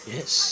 Yes